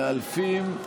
מאלפים,